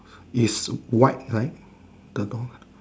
is white right the door